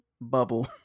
Bubble